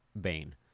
Bane